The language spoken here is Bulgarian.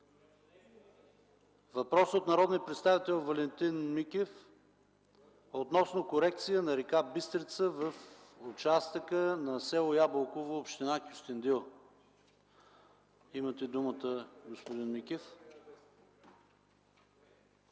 въпрос от народния представител Валентин Микев относно корекция на река Бистрица в участъка на село Ябълково, община Кюстендил. Господин Микев,